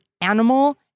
animal